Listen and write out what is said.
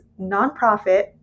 nonprofit